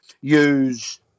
use